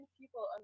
people